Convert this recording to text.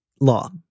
law